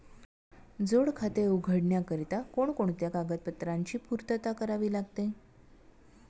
जोड खाते उघडण्याकरिता कोणकोणत्या कागदपत्रांची पूर्तता करावी लागते?